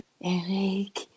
Eric